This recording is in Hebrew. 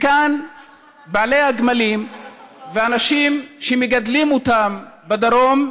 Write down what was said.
בעלי הגמלים והאנשים שמגדלים אותם בדרום,